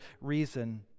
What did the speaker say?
reason